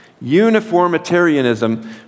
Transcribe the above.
Uniformitarianism